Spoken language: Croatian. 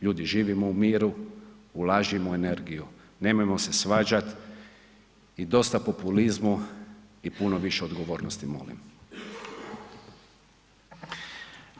Ljudi živimo u miru, ulažimo u energiju, nemojmo se svađati i dosta populizmu i puno više odgovornosti molim.